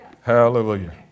Hallelujah